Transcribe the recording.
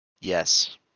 Yes